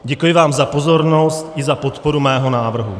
Děkuji vám za pozornost i za podporu mého návrhu.